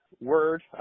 word